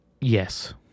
Yes